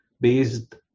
based